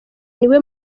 niwe